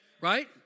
Right